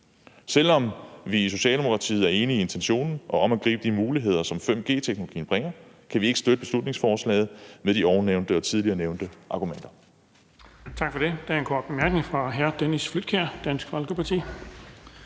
Selv om vi i Socialdemokratiet er enige i intentionen om at gribe de muligheder, som 5G-teknologien bringer, kan vi ikke støtte beslutningsforslaget, med de ovennævnte og tidligere nævnte argumenter.